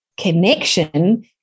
connection